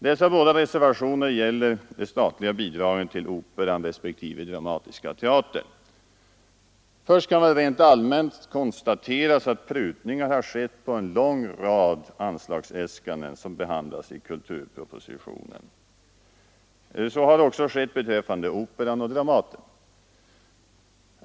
Dessa båda reservationer gäller de statliga bidragen till Operan respektive Dramatiska teatern. Först kan väl rent allmänt konstateras att prutningar har gjorts på en lång rad anslagsäskanden som behandlas i kulturpropositionen. Så har också skett beträffande Operan och Dramaten.